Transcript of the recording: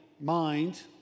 mind